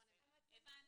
הבנתי.